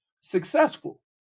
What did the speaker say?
successful